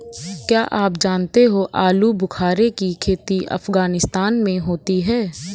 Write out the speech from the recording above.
क्या आप जानते हो आलूबुखारे की खेती अफगानिस्तान में होती है